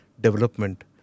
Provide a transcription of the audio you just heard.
development